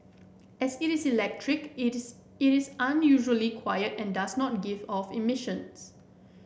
as it is electric it is it is unusually quiet and does not give off emissions